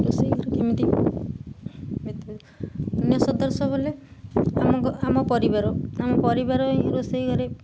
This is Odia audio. ରୋଷେଇ ଘର କେମିତି ଅନ୍ୟ ସଦସ୍ୟ ବୋଲେ ଆମ ଆମ ପରିବାର ଆମ ପରିବାର ରୋଷେଇ ଘରେ